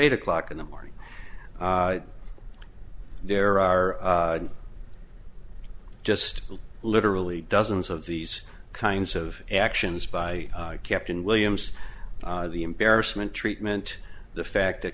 eight o'clock in the morning there are just literally dozens of these kinds of actions by captain williams the embarrassment treatment the fact that